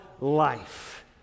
life